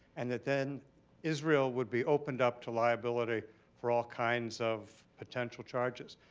and that then israel would be opened up to liability for all kinds of potential charges.